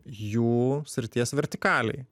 jų srities vertikalei